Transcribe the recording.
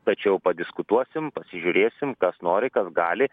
tačiau padiskutuosim pasižiūrėsim kas nori kas gali